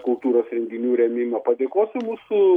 kultūros renginių rėmimo padėkosiu mūsų